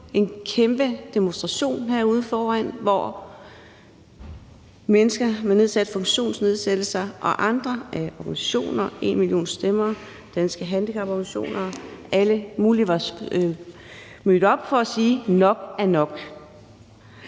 en kæmpe demonstration herude foran, hvor mennesker med funktionsnedsættelser, organisationerne #enmillionstemmer, Danske Handicaporganisationer og alle mulige var mødt op for at sige: Nok er nok.